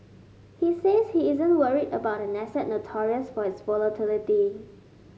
he says he isn't worried about an asset notorious for its volatility